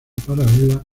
paralela